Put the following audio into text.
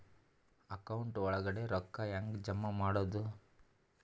Account ಒಳಗಡೆ ರೊಕ್ಕ ಹೆಂಗ್ ಜಮಾ ಮಾಡುದು?